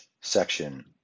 section